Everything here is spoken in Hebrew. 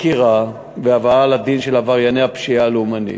חקירה והבאה לדין של עברייני הפשיעה הלאומנית.